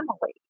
family